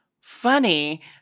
funny